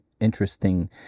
interesting